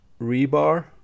rebar